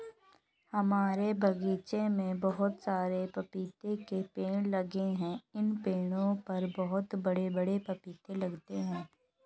हमारे बगीचे में बहुत सारे पपीते के पेड़ लगे हैं इन पेड़ों पर बहुत बड़े बड़े पपीते लगते हैं